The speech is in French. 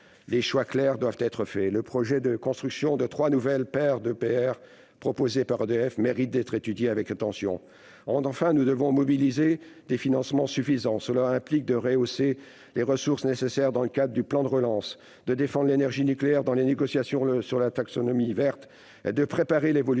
des choix clairs doivent être faits : le projet de construction de trois nouvelles paires d'EPR, proposé par EDF, mérite d'être étudié avec attention. Enfin, nous devons mobiliser des financements suffisants. Cela implique de rehausser les ressources nécessaires dans le cadre du plan de relance, de défendre l'énergie nucléaire dans les négociations sur la « taxonomie verte » et de préparer l'évolution